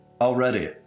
already